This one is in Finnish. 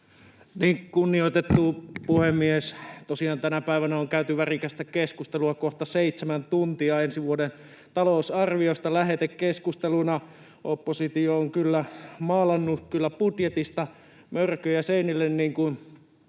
Kunnioitettu puhemies! Tosiaan tänä päivänä on käyty värikästä keskustelua kohta seitsemän tuntia ensi vuoden talousarviosta lähetekeskusteluna. Oppositio on kyllä maalannut budjetista mörköjä seinille, niin kuin